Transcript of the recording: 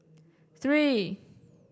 three